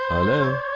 hello!